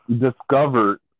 discovered